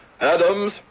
adams